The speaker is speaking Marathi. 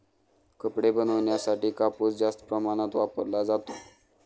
कपडे बनवण्यासाठी कापूस जास्त प्रमाणात वापरला जातो